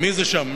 מי זה שם?